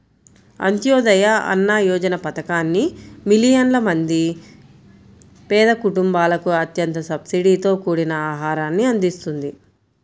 అంత్యోదయ అన్న యోజన పథకాన్ని మిలియన్ల మంది పేద కుటుంబాలకు అత్యంత సబ్సిడీతో కూడిన ఆహారాన్ని అందిస్తుంది